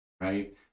right